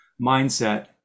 mindset